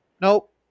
Nope